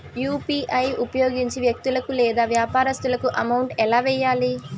UPI ఉపయోగించి వ్యక్తులకు లేదా వ్యాపారస్తులకు అమౌంట్ ఎలా వెయ్యాలి